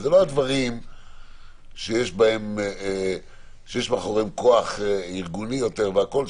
וזה לא הדברים שיש מאחוריהם כוח ארגוני יותר והכול,